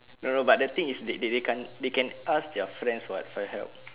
no no but the thing is they they they can't they can ask their friends [what] for help